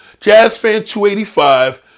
Jazzfan285